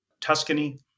Tuscany